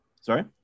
Sorry